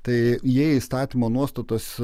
tai jie įstatymo nuostatos